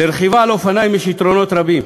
לרכיבה על אופניים יש יתרונות רבים: